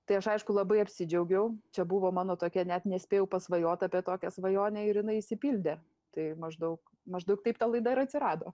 tai aš aišku labai apsidžiaugiau čia buvo mano tokia net nespėjau pasvajot apie tokią svajonę ir jinai išsipildė tai maždaug maždaug taip ta laida ir atsirado